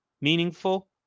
meaningful